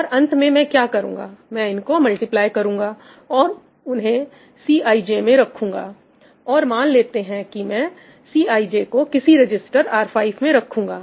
और अंत में मैं क्या करूंगा मैं इनको मल्टीप्लाई करूंगा और उन्हें Cij में रखूंगा और मान लेते हैं कि मैं Cij को किसी रजिस्टर R5 में रखूंगा